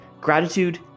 Gratitude